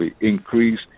increase